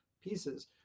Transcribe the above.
pieces